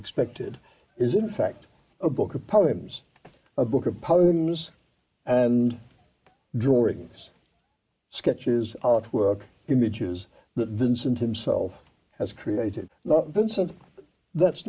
expected is in fact a book of poems a book of poems and drawings sketches artwork images that vincent himself has created